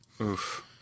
Oof